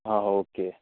हां ओके